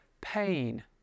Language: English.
pain